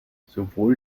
sowohl